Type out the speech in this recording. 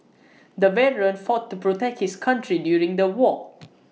the veteran fought to protect his country during the war